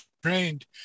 Trained